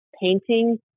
painting